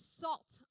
salt